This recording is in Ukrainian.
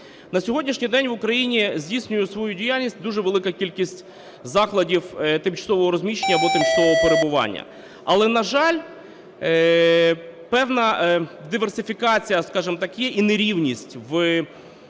На сьогоднішній день в Україні здійснює свою діяльність дуже велика кількість закладів тимчасового розміщення або тимчасового перебування. Але, на жаль, певна диверсифікація, скажімо так, є і нерівність в